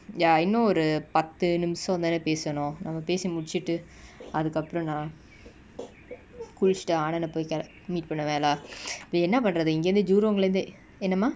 ya இன்னு ஒரு பத்து நிமிசொதா பேசனு நம்ம பேசி முடிச்சிட்டு அதுகப்ரோ நா குளிச்சிட்டு:innu oru pathu nimisothana pesanu namma pesi mudichittu athukapro na kulichittu ananth ah போய்:poai ka~ meet பண்ணுவ:pannuva lah இப்ப என்ன பன்றது இங்க இருந்து:ippa enna panrathu inga irunthu jurong lah இருந்து என்னமா:irunthu ennama